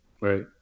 Right